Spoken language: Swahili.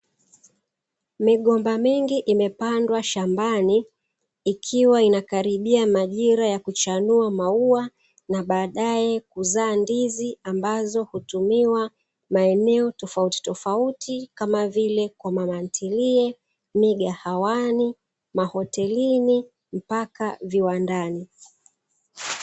Migomba mingi imepandwa shambani ikiwa inakaribia majira ya kuchanua maua na baadae kuzaa ndizi ambazo hutumiwa maeneo tofauti tofauti kama vile kwa mama ntilie, migahawani, mahotelini mpaka viwandani.